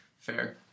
Fair